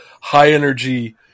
high-energy